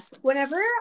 whenever